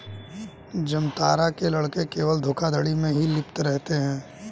जामतारा के लड़के केवल धोखाधड़ी में लिप्त रहते हैं